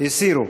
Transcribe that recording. הסירו.